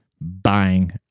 buying